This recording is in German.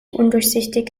undurchsichtig